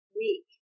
week